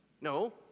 No